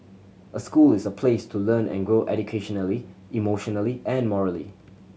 a school is a place to learn and grow educationally emotionally and morally